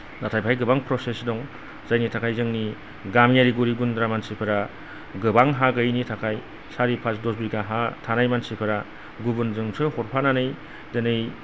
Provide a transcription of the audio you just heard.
नाथाय बेहाय गोबां प्रसेस दं जायनि थाखाय जोंनि गामियारि गरिब गुन्द्रा मानसिफोरा गोबां हा गैयिनि थाखाय सारि पास दस बिगा हा थानाय मानसिफोरा गुबुनजोंसो हरफानानै दिनै